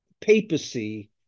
papacy